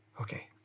Okay